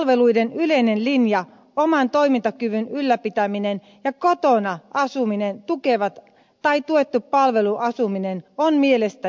vanhuspalveluiden yleinen linja oman toimintakyvyn ylläpitäminen ja kotona asuminen tai tuettu palveluasuminen on mielestäni hyvä